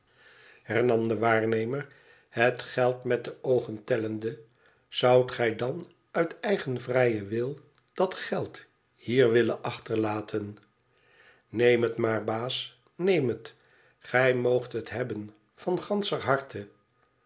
hernam de waarnemer het geld met de oogen tellende zoudt gij dan uit eigen vrijen wil dat geld hier willen achterlaten neem het maar baas neem het gij moogt het hebben van ganscher harte